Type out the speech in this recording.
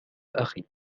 أخي